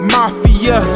Mafia